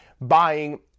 buying